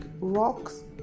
rocks